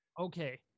Okay